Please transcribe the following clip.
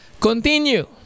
continue